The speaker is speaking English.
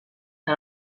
can